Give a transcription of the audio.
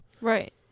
Right